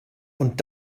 und